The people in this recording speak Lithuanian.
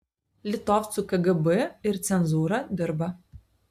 litovcų kgb ir cenzūra dirba